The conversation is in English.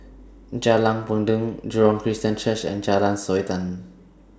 Jalan Peradun Jurong Christian Church and Jalan Sultan